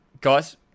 guys